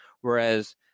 Whereas